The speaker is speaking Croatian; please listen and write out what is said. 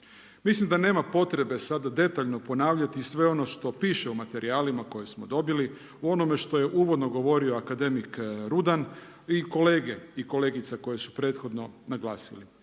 Mislim da nema potrebe sada detaljno ponavljati i sve ono što piše u materijalima koje smo dobili, u onome što je uvodno govorio akademik Rudan i kolege i kolegica koje su prethodno naglasili.